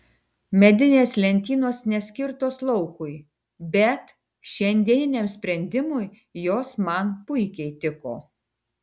medinės lentynos neskirtos laukui bet šiandieniniam sprendimui jos man puikiai tiko